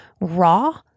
raw